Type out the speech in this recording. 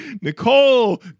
nicole